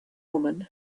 woman